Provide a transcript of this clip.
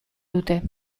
dute